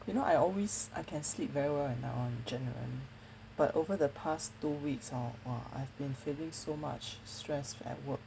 you know I always I can sleep very well at night [one] generally but over the past two weeks hor !wah! I've been feeling so much stress at work